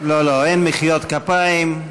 לא, אין מחיאות כפיים.